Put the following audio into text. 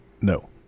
no